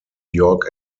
york